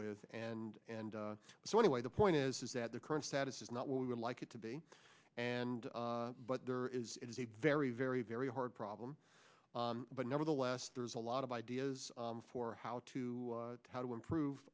with and and so anyway the point is is that the current status is not what we would like it to be and but there is it is a very very very hard problem but nevertheless there's a lot of ideas for how to how to improve